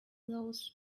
those